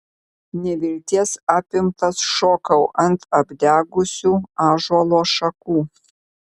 nevilties apimtas šokau ant apdegusių ąžuolo šakų